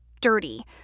Dirty